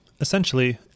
Essentially